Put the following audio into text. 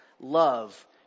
love